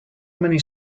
many